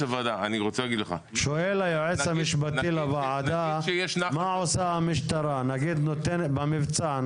שואל היועץ המשפטי לוועדה מה עושה המשטרה במבצע?